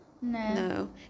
no